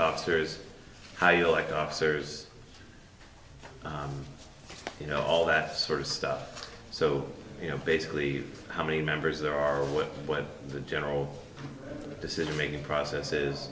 officers how you like officers you know all that sort of stuff so you know basically how many members there are with what the general decision making process is